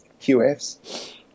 QFs